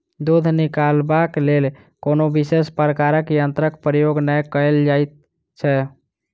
दूध निकालबाक लेल कोनो विशेष प्रकारक यंत्रक प्रयोग नै कयल जाइत छै